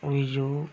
Viju